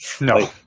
No